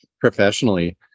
professionally